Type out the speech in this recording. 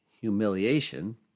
humiliation